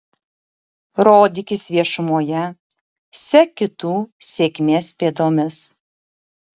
rodykis viešumoje sek kitų sėkmės pėdomis